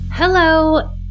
Hello